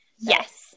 Yes